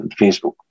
facebook